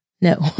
No